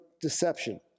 deception